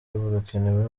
burakenewe